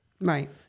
Right